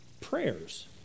Prayers